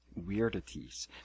weirdities